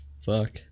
fuck